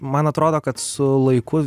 man atrodo kad su laiku